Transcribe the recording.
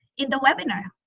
in the webinar.